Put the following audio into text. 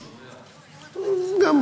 אני שומע.